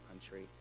country